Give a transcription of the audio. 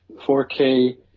4K